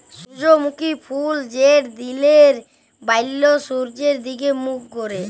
সূর্যমুখী ফুল যেট দিলের ব্যালা সূর্যের দিগে মুখ ক্যরে